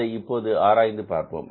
அதை இப்போது ஆராய்ந்து பார்ப்போம்